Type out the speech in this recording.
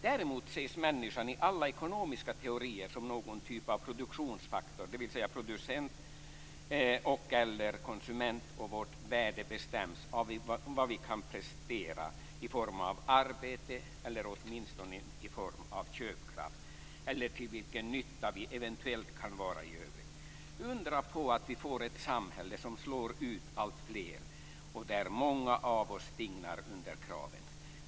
Däremot ses människan i alla ekonomiska teorier som någon typ av produktionsfaktor, dvs. producent och/eller konsument, och vårt värde bestäms av vad vi kan prestera i form av arbete eller åtminstone i form av köpkraft eller till vilken nytta vi eventuellt kan vara i övrigt. Undra på att vi får ett samhälle som slår ut alltfler och där många av oss dignar under kraven!